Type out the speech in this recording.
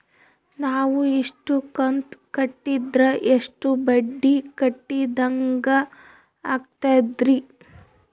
ನಾವು ಇಷ್ಟು ಕಂತು ಕಟ್ಟೀದ್ರ ಎಷ್ಟು ಬಡ್ಡೀ ಕಟ್ಟಿದಂಗಾಗ್ತದ್ರೀ?